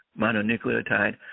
mononucleotide